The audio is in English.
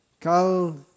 kal